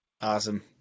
awesome